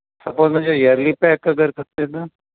suppose मूंखे early pack अगरि खपे न